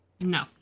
No